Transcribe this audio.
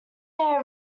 their